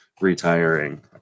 retiring